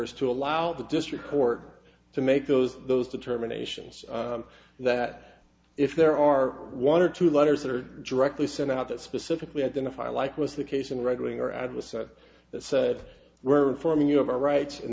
is to allow the district court to make those those determinations that if there are one or two letters that are directly sent out that specifically identify like was the case in red wing or ad was said that said we're reforming you have our rights and